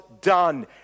done